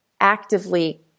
actively